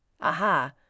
Aha